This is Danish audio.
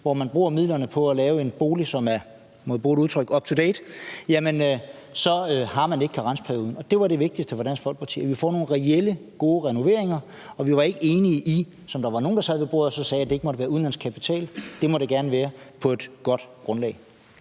og bruger midlerne på at lave en bolig, som er – må jeg bruge det udtryk – up to date, at der så ikke er karensperioden. Det var det vigtigste for Dansk Folkeparti – at vi får nogle reelle, gode renoveringer. Vi var ikke enige i, som der var nogle der sad ved bordet og sagde, at det ikke måtte være udenlandsk kapital. Det må det gerne være på et godt grundlag.